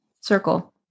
circle